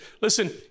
Listen